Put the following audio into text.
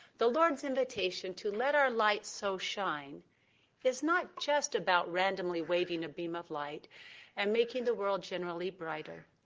the lord's invitation to let our light so shine is not just about randomly waving a beam of light and making the world generally brighter.